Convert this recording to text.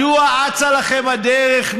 מדוע אצה לכם הדרך?